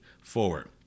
forward